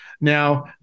Now